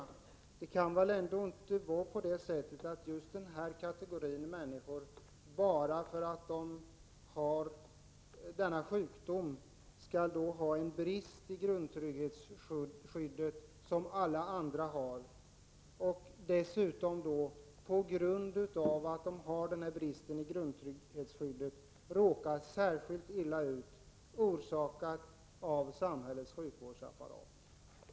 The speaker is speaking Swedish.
Det kan väl inte vara så att just den här kategorin människor, bara därför att de har denna sjukdom, skall ha en brist i det grundtrygghetsskydd som alla andra har och just på grund av denna brist råka särskilt illa ut, orsakat av samhällets sjukvårdsapparat?